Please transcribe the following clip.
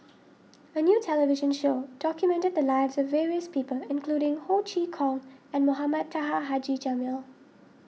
a new television show documented the lives of various people including Ho Chee Kong and Mohamed Taha Haji Jamil